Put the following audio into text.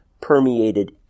permeated